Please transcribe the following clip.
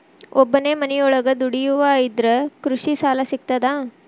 ಒಬ್ಬನೇ ಮನಿಯೊಳಗ ದುಡಿಯುವಾ ಇದ್ರ ಕೃಷಿ ಸಾಲಾ ಸಿಗ್ತದಾ?